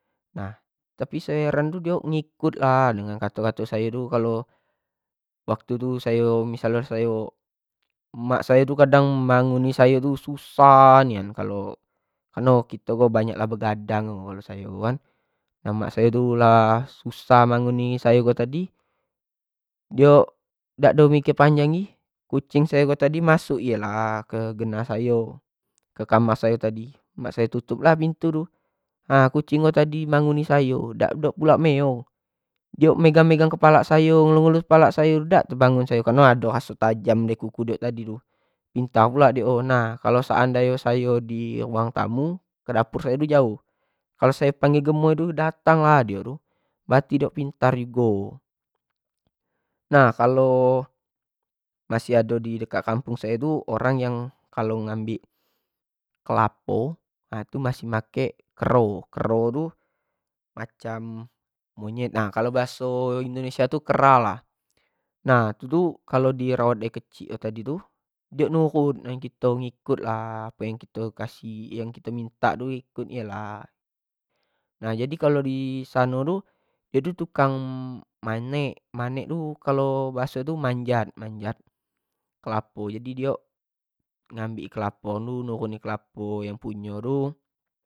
Nah sayo heran tu diok ngikut lah dengan kato-kato sayo tu, waktu tu ssayo-ayo mak sayo tu kadang banguni sayo tu susah nian, kalo kareno kito ni banyak lah begadang menurut sayo kan, dan mak sayo tu lah susah banguni sayo ko tadi, diok dak mikir panjang lagi kucing sayo ko masuk i lah ke genah sayo, ke kamar sayo tadi mak sayo tutup lah pintu tadi, nah kucing sayo tadi banguni sayo dak pulak meong, diok megang-megang kepalo sayo, ngelus-ngelus kepalo sayo dak tebangun ayo areno ado raso tajam pake kuku diok tadi tu, pintar pulak diok, nah seandai nyo sayo di ruang tamu ke dapur sayo ni jauh, kalua sayo panggil gemoy dulu dating lah iok tu, berate diok pintar jugo, nah kalo masih ado di dekat sayo tu, orang yang kalo ngambik kelapo nah itu masih nmake kero, kero tu macam monyet, kalo bahaso indonesia tu kera lah, nah itu tu kalo di rawat dari kecik itu tu, diok penurut dengan kito, nurut lah apo yang kito kasih, apo yang kito minta di ikut llah, nah jadi kalo di sano tu jadi tukang manek, manek tu kalo bahasa manjat-manjat kelapo iok nagmbik kelapo, nurunin kelapo yang punyo tu.